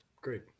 Great